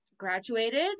graduated